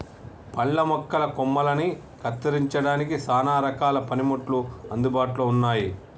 పండ్ల మొక్కల కొమ్మలని కత్తిరించడానికి సానా రకాల పనిముట్లు అందుబాటులో ఉన్నాయి